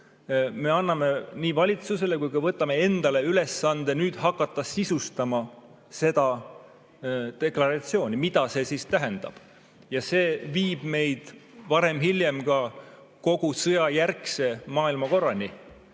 Me anname nii valitsusele kui ka võtame endale ülesande hakata nüüd sisustama seda deklaratsiooni, mida see tähendab. Ja see viib meid varem või hiljem ka kogu sõjajärgse maailmakorrani,